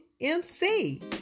MC